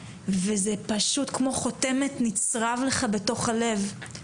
וזה פשוט, כמו חותמת, נצרב לך בתוך הלב.